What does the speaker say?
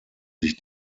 sich